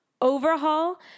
overhaul